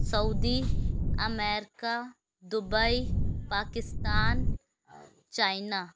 Saudi America Dubai Pakistan China